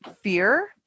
fear